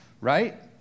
right